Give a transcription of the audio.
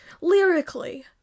Lyrically